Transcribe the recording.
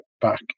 back